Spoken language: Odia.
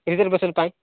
ରିଜର୍ଭେସନ୍ ପାଇଁ